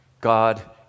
God